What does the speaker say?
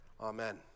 Amen